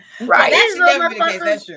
Right